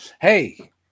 Hey